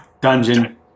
Dungeon